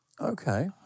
Okay